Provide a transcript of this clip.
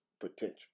potential